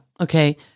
Okay